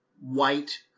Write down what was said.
white